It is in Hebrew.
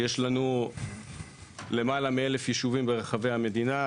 יש לנו למעלה מאלף יישובים ברחבי המדינה,